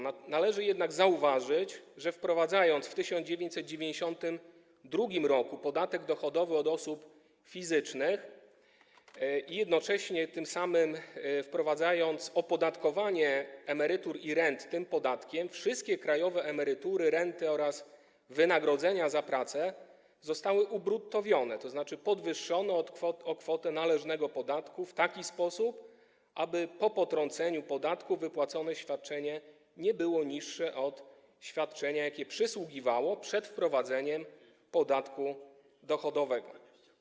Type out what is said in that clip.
Należy jednak zauważyć, że przy wprowadzaniu w 1992 r. podatku dochodowego od osób fizycznych i tym samym opodatkowaniu emerytur i rent tym podatkiem wszystkie krajowe emerytury, renty oraz wynagrodzenia za pracę zostały ubruttowione, tzn. podwyższone o kwotę należnego podatku w taki sposób, aby po potrąceniu podatku wypłacone świadczenie nie było niższe od świadczenia, jakie przysługiwało przed wprowadzeniem podatku dochodowego.